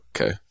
Okay